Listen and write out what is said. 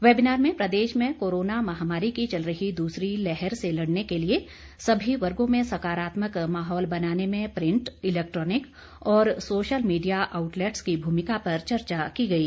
webinar में प्रदेश में कोरोना महामारी की चल रही दूसरी लहर से लड़ने के लिए सभी वर्गों में सकारात्मक माहौल बनाने में प्रिंट इलेक्ट्रॉनिक और सोशल मीडिया आउटलेट्स की भूमिका पर चर्चा की गई